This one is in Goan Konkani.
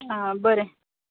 आं बरें